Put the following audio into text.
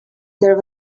there